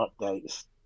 updates